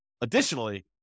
additionally